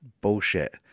bullshit